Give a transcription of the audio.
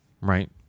right